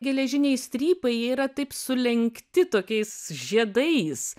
geležiniai strypai yra taip sulenkti tokiais žiedais